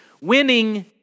Winning